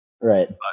Right